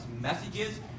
messages